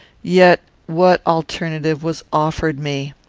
yet what alternative was offered me?